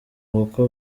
kuko